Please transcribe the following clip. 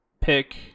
pick